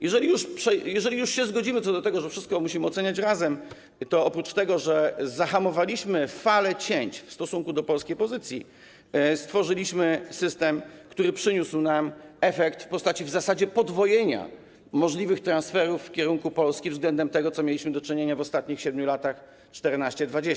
Jeżeli już się zgodzimy co do tego, że wszystko musimy oceniać razem, to oprócz tego, że zahamowaliśmy falę cięć w stosunku do polskiej pozycji, stworzyliśmy system, który przyniósł nam efekt w postaci w zasadzie podwojenia możliwych transferów w kierunku Polski względem tego, z czym mieliśmy do czynienia w ostatnich 7 latach, w latach 2014–2020.